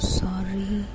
sorry